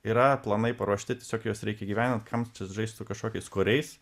yra planai paruošti tiesiog juos reikia įgyvendint kam čia juos žaist su kažkokiais koriais